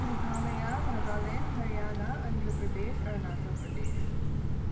Meghalaya Nagaland Haryana Andhra Pradesh Arunachal Pradesh